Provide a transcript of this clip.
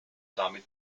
damit